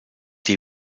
die